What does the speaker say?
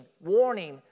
warning